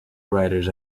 writers